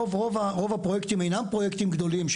רוב הפרויקטים אינם פרויקטים גדולים,